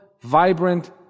vibrant